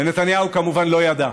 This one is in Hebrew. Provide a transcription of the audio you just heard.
ונתניהו, כמובן, לא ידע,